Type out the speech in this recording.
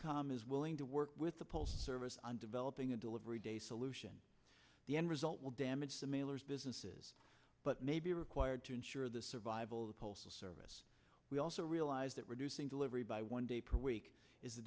com is willing to work with the post service on developing a delivery day solution the end result will damage the mailers businesses but may be required to ensure the survival of the postal service we also realize that reducing delivery by one day per week is a